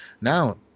Now